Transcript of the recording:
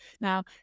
Now